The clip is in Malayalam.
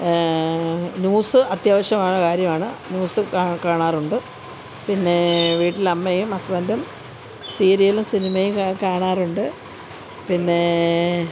ന്യൂസ് അത്യാവശ്യമായ കാര്യമാണ് ന്യൂസ് കാണാറുണ്ട് പിന്നെ വീട്ടിലമ്മയും ഹസ്ബൻഡും സീരിയലും സിനിമയും കാണാറുണ്ട് പിന്നെ